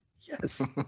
yes